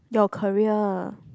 your career